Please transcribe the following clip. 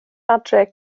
adre